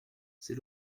c’est